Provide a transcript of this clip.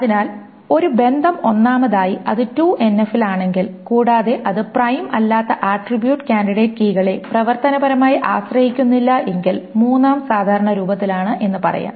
അതിനാൽ ഒരു ബന്ധം ഒന്നാമതായി അത് 2NF ൽ ആണെങ്കിൽ കൂടാതെ അത് പ്രൈം അല്ലാത്ത ആട്രിബ്യൂട്ട് ക്യാൻഡിഡേറ്റ് കീകളെ പ്രവർത്തനപരമായി ആശ്രയിക്കുന്നില്ല എങ്കിൽ 3 ആം സാധാരണ രൂപത്തിലാണ് എന്ന് പറയാം